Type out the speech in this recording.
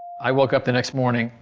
i woke up the next morning,